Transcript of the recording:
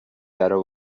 درا